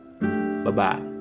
bye-bye